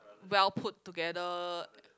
well put together